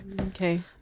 Okay